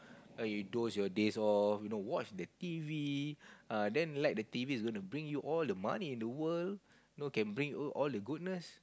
oh you dose your days off you know watch the T_V err then like the T_V gonna bring you all the money in the world know can bring you all the goodness